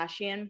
Kardashian